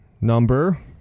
Number